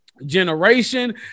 generation